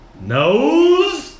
Nose